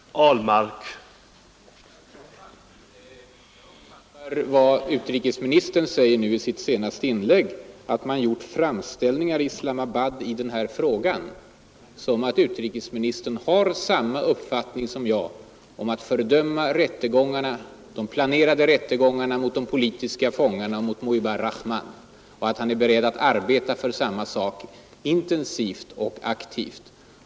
Herr talman! Jag uppfattar vad utrikesministern sade i sitt senaste inlägg — att man gjort framställningar i Islamabad i den här frågan — som att herr Wickman har samma uppfattning som jag om att fördöma de planerade rättegångarna mot de politiska fångarna och mot Mujibur Rahman, och att han är beredd att arbeta för samma sak intensivt och aktivt.